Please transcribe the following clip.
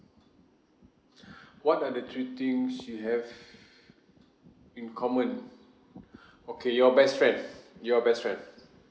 what are the three things you have in common okay your best friend your best friend